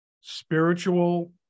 spiritual